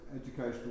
Educational